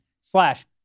slash